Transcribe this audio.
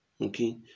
Okay